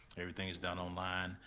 everything is done online.